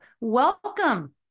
Welcome